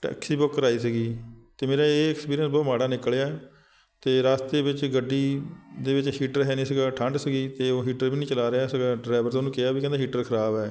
taxi book ਕਰਵਾਈ ਸੀਗੀ ਤਾਂ ਮੇਰਾ ਇਹ ਐਕਸਪੀਰੀਅੰਸ ਬਹੁਤ ਮਾੜਾ ਨਿਕਲਿਆ ਅਤੇ ਰਸਤੇ ਵਿੱਚ ਗੱਡੀ ਦੇ ਵਿੱਚ ਹੀਟਰ ਹੈ ਨਹੀਂ ਸੀਗਾ ਠੰਡ ਸੀਗੀ ਅਤੇ ਉਹ ਹੀਟਰ ਵੀ ਨਹੀਂ ਚਲਾ ਰਿਹਾ ਸੀਗਾ ਡਰਾਈਵਰ ਤਾਂ ਉਹਨੂੰ ਕਿਹਾ ਵੀ ਕਹਿੰਦਾ ਹੀਟਰ ਖਰਾਬ ਹੈ